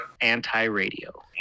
Anti-Radio